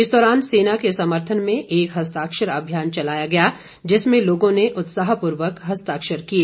इस दौरान सेना के समर्थन में एक हस्ताक्षर अभियान चलाया गया जिसमें लोगों ने उत्साहपूर्वक हस्ताक्षण किए